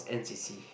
n_c_c